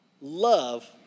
love